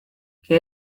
que